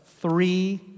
three